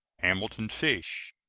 hamilton fish.